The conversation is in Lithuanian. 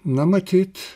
na matyt